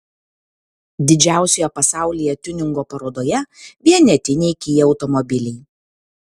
didžiausioje pasaulyje tiuningo parodoje vienetiniai kia automobiliai